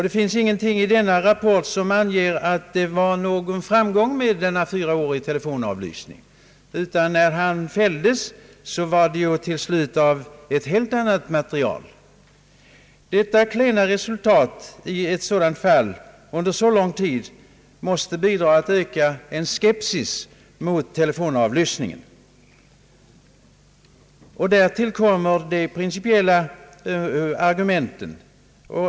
Det finns ingenting i denna rapport som anger att det var någon framgång med denna fyraåriga telefonavlyssning, utan när han fälldes, skedde det till slut på grund av ett helt annat material. Detta klena resultat i ett sådant fall under så lång tid måste bidra till ökad skepsis mot telefonavlyssning. Därtill kommer de principiella argumenten,.